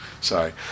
sorry